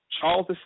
Charles